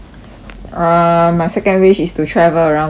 um my second wish is to travel around the world